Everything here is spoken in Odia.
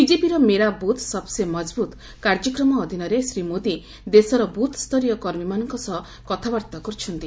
ବିକେପିର 'ମେରା ବୁଥ୍ ସବ୍ସେ ମଜବୁତ୍' କାର୍ଯ୍ୟକ୍ରମ ଅଧୀନରେ ଶ୍ରୀ ମୋଦି ଦେଶର ବୁଥ୍ୟରୀୟ କର୍ମୀମାନଙ୍କ ସହ କଥାବାର୍ତ୍ତା କର୍ରଛନ୍ତି